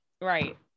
right